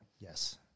Yes